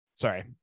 Sorry